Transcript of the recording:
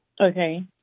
Okay